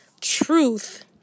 truth